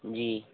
जी